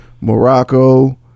Morocco